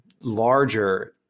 larger